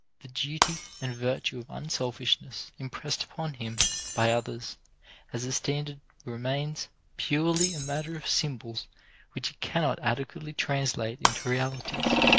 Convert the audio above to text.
the duty and virtue of unselfishness impressed upon him by others as a standard remains purely a matter of symbols which he cannot adequately translate into realities.